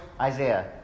Isaiah